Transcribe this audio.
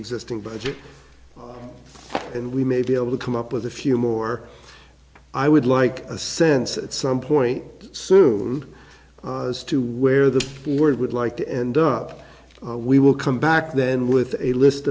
existing budget and we may be able to come up with a few more i would like a sense at some point soon as to where the world would like to end up we will come back then with a list